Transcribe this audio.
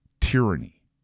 tyranny